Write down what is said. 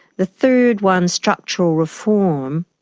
the third one, structural reform,